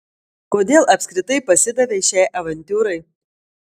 kodėl apskritai pasidavei šiai avantiūrai